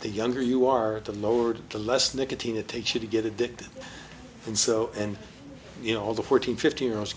the younger you are the lowered the less nicotine it takes you to get addicted and so and you know the fourteen fifteen year olds